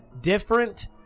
different